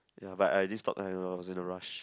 ya but I didn't stop I was in a rush